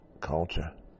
culture